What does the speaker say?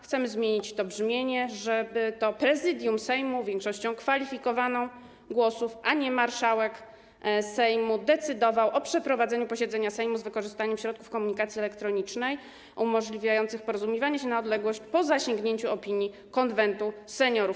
Chcemy zmienić brzmienie tak, żeby to Prezydium Sejmu kwalifikowaną większością głosów, a nie marszałek Sejmu, decydowało o przeprowadzeniu posiedzenia Sejmu z wykorzystaniem środków komunikacji elektronicznej umożliwiających porozumiewanie się na odległość - po zasięgnięciu opinii Konwentu Seniorów.